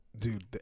dude